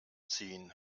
ziehen